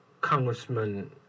Congressman